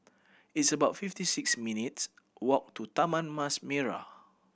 it's about fifty six minutes walk to Taman Mas Merah